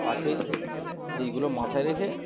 তাকেই এইগুলো মাথায় রেখে